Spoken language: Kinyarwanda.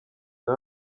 nka